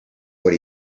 what